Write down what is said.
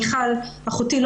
מיכל אחותי,